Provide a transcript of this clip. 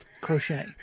crochet